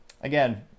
again